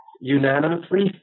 unanimously